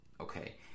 Okay